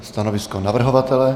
Stanovisko navrhovatele?